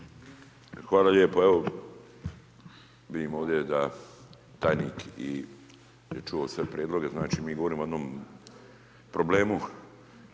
Hvala lijepo. Evo, vidim ovdje da tajnik je čuo sve prijedloge, znači mi govorimo o jednom problemu,